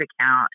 account